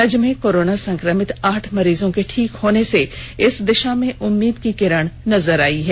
राज्य में कोरोना संक्रमित आठ मरीजों के ठीक होने से इस दिशा में उम्मीद की किरण नजर आई है